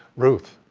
ruth?